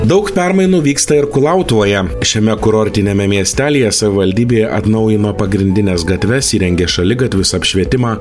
daug permainų vyksta ir kulautuvoje šiame kurortiniame miestelyje savivaldybė atnaujino pagrindines gatves įrengė šaligatvius apšvietimą